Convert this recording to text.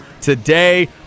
today